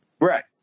Right